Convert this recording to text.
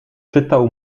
czytał